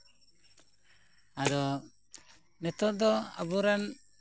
ᱟᱫᱚ ᱱᱤᱛᱚᱜ ᱫᱚ ᱟᱵᱚᱨᱮᱱ